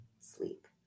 sleep